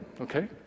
okay